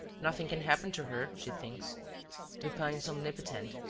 nothing can happen to her, she thinks lupin is omnipotent,